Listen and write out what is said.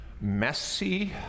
messy